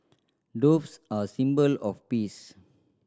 doves are a symbol of peace